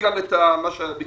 נציג גם את מה שביקשת